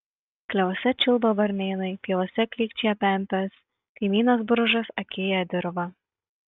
klevuose čiulba varnėnai pievose klykčioja pempės kaimynas bružas akėja dirvą